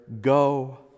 go